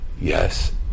yes